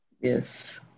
Yes